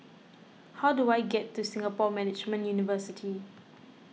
how do I get to Singapore Management University